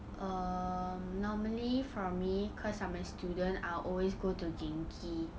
err normally for me cause I'm a student I'll always go to Genki